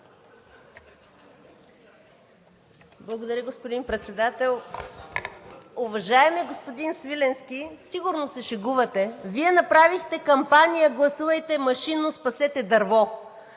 Благодаря, господин Председател. Уважаеми господин Свиленски, сигурно се шегувате. Вие направихте кампания „Гласувайте машинно, спасете дърво!“.